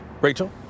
Rachel